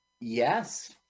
Yes